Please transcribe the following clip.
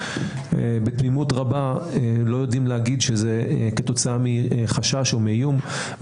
בתמימות רבה לא יודעים להגיד שזה כתוצאה מחשש או מאיום.